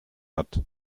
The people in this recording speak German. hat